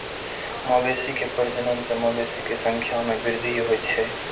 मवेशी के प्रजनन सं मवेशी के संख्या मे वृद्धि होइ छै